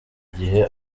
gihe